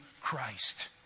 Christ